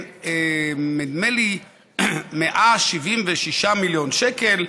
נדמה לי, ל-176 מיליון שקל,